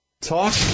Talk